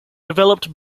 developed